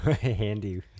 Handy